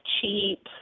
cheap